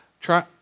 try